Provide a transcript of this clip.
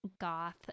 goth